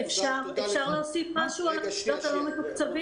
אפשר להוסיף משהו על המוסדות הלא מתוקצבים?